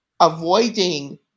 avoiding